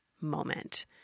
moment